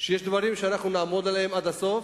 שיש דברים שאנחנו נעמוד עליהם עד הסוף,